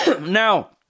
Now